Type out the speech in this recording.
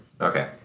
okay